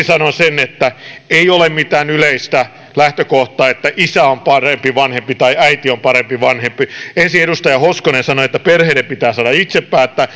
sanon sen että ei ole mitään yleistä lähtökohtaa että isä on parempi vanhempi tai äiti on parempi vanhempi ensin edustaja hoskonen sanoi että perheiden pitää saada itse päättää